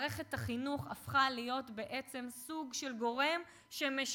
מערכת החינוך הפכה להיות בעצם סוג של גורם שמשמר